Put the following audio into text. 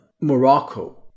Morocco